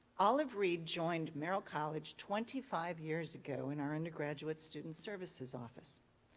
olive reid joined merrill college twenty five years ago in our undergraduate student services office.